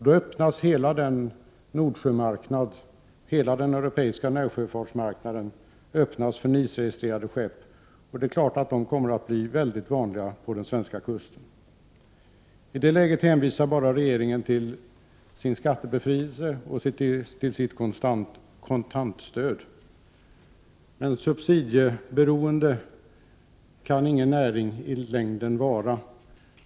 Då öppnas hela den europeiska Nordsjöfartsmarknaden för NIS-registrerade skepp, och de kommer naturligtvis att bli mycket vanliga i den svenska kustsjöfarten. I det läget hänvisar regeringen endast till sin skattebefrielse och sitt kontantstöd. Subsidieberoende kan ingen näring vara i längden.